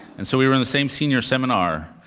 and so we were in the same senior seminar,